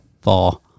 four